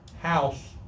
house